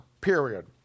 period